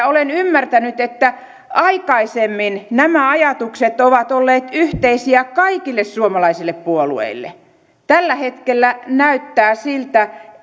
olen ymmärtänyt että aikaisemmin nämä ajatukset ovat olleet yhteisiä kaikille suomalaisille puolueille tällä hetkellä näyttää siltä